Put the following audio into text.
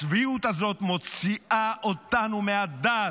הצביעות הזאת מוציאה אותנו מהדעת.